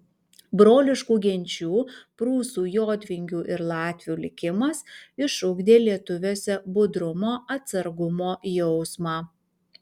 broliškų genčių prūsų jotvingių ir latvių likimas išugdė lietuviuose budrumo atsargumo jausmą